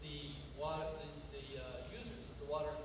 the water